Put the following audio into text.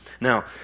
Now